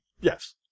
Yes